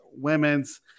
women's